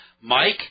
Mike